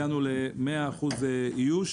הגענו כבר ל-100% איוש,